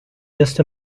just